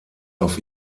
auf